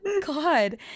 God